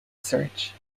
search